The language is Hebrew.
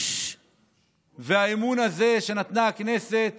והאמון הזה שנתנה הכנסת